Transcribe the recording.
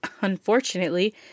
unfortunately